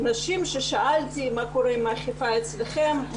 נשים ששאלתי מה קורה עם האכיפה אצלכן,